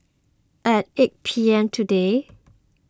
at eight P M